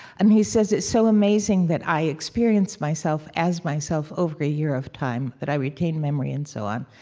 i mean, he says it's so amazing that i experience myself as myself over a year of time, that i retain memory and so on,